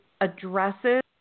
addresses